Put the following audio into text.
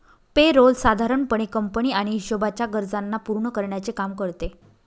पे role साधारण पणे company आणि हिशोबाच्या गरजांना पूर्ण करण्याचे काम करते